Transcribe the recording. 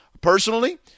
personally